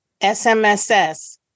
SMSS